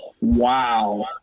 Wow